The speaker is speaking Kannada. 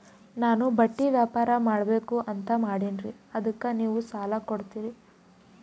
ನಾನು ಬಟ್ಟಿ ವ್ಯಾಪಾರ್ ಮಾಡಬಕು ಅಂತ ಮಾಡಿನ್ರಿ ಅದಕ್ಕ ನೀವು ಸಾಲ ಕೊಡ್ತೀರಿ?